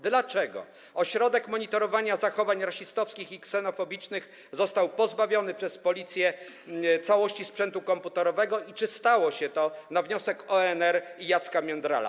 Dlaczego Ośrodek Monitorowania Zachowań Rasistowskich i Ksenofobicznych został pozbawiony przez policję całości sprzętu komputerowego i czy stało się to na wniosek ONR i Jacka Międlara?